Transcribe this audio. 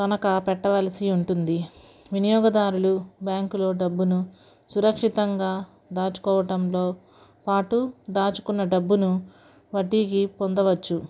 తనఖా పెట్టవలసి ఉంటుంది వినియోగదారులు బ్యాంకులో డబ్బును సురక్షితంగా దాచుకోవటంలో పాటు దాచుకున్న డబ్బును వడ్డీకి పొందవచ్చు